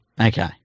Okay